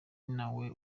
nawe